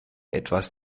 etwas